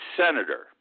senator